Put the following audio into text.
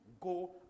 go